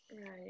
Right